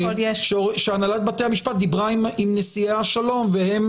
שהנהלת בתי המשפט דיברה עם נשיאי השלום והם